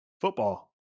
football